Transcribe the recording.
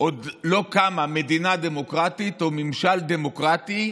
עוד לא קמה מדינה דמוקרטית או ממשל דמוקרטי,